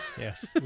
yes